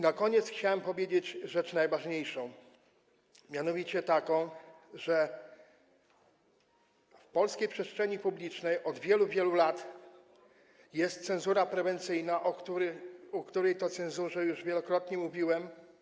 Na koniec chciałem powiedzieć rzecz najważniejszą, mianowicie taką, że w polskiej przestrzeni publicznej od wielu, wielu lat jest cenzura prewencyjna, o której to cenzurze już wielokrotnie mówiłem.